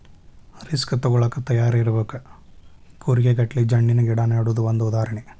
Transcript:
risk ತುಗೋಳಾಕ ತಯಾರ ಇರಬೇಕ, ಕೂರಿಗೆ ಗಟ್ಲೆ ಜಣ್ಣಿನ ಗಿಡಾ ನೆಡುದು ಒಂದ ಉದಾಹರಣೆ